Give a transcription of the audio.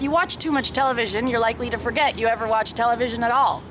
if you watch too much television you're likely to forget you ever watch television at all